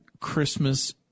Christmas